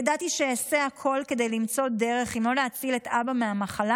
ידעתי שאעשה הכול כדי למצוא דרך אם לא להציל את אבא מהמחלה,